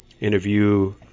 interview